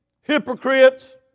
Hypocrites